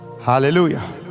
Hallelujah